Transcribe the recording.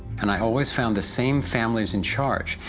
and i always found the same families in charge,